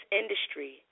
industry